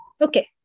Okay